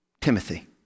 Timothy